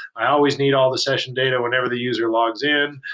i always need all the session data whenever the user logs in.